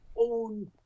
own